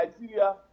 Nigeria